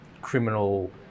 criminal